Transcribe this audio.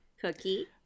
cookie